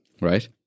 right